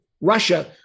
Russia